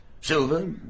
Silver